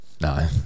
No